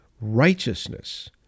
righteousness